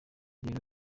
rero